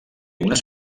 unes